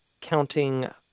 counting